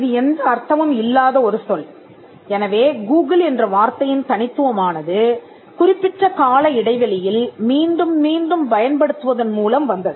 இது எந்த அர்த்தமும் இல்லாத ஒரு சொல் எனவே கூகிள் என்ற வார்த்தையின் தனித்துவமானது குறிப்பிட்ட கால இடைவெளியில் மீண்டும் மீண்டும் பயன்படுத்துவதன் மூலம் வந்தது